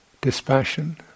dispassion